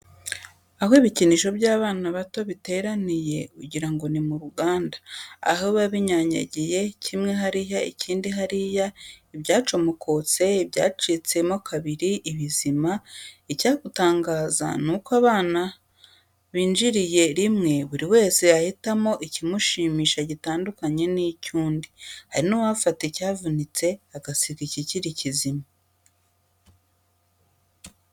Aho ibikinisho by'abana bato biteraniye ugira ngo ni mu ruganda, aho biba binyanyagiye, kimwe hariya ikindi hariya, ibyacomokotse, ibyacitsemo kabiri, ibizima, icyagutangaza ni uko abana binjiriye rimwe buri wese yahitamo ikimushimisha gitandukanye n'icy'undi! Hari n'uwafata icyavunitse agasiga ikikiri kizima.